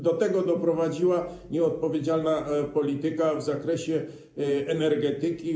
Do tego doprowadziła nieodpowiedzialna polityka w zakresie energetyki.